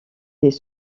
des